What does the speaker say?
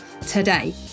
today